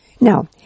Now